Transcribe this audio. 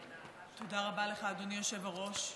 תודה רבה לך, אדוני היושב-ראש.